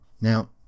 Now